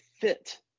fit